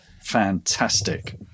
Fantastic